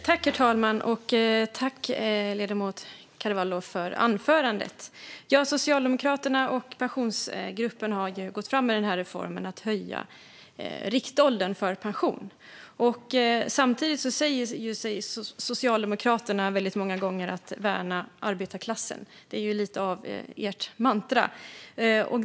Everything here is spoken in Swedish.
Herr ålderspresident! Tack, ledamoten Carvalho, för anförandet! Socialdemokraterna och Pensionsgruppen har ju gått fram med reformen att höja riktåldern för pension. Samtidigt säger Socialdemokraterna sig värna arbetarklassen. Det är lite av ert mantra.